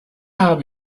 habe